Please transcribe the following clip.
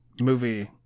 movie